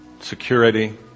security